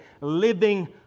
living